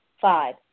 five